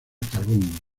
carbón